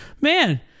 man